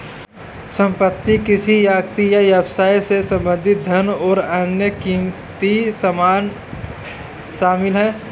संपत्ति किसी व्यक्ति या व्यवसाय से संबंधित धन और अन्य क़ीमती सामान शामिल हैं